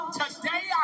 today